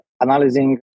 analyzing